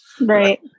Right